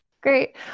Great